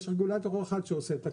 יש רגולטור אחד שעושה את הכל.